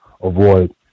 avoid